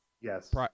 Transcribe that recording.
Yes